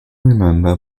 remember